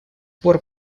пор